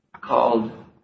called